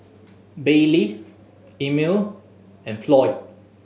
Baylee Emile and Floyd